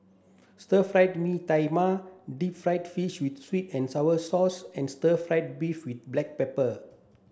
Stir Fry Mee Tai Mak deep fried fish with sweet and sour sauce and stir fry beef with black pepper